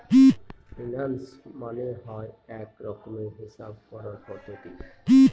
finance মানে হয় এক রকমের হিসাব করার পদ্ধতি